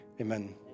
amen